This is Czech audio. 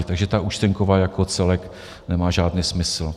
Takže ta účtenkovka jako celek nemá žádný smysl.